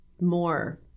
more